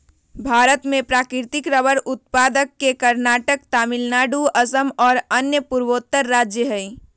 भारत में प्राकृतिक रबर उत्पादक के कर्नाटक, तमिलनाडु, असम और अन्य पूर्वोत्तर राज्य हई